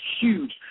huge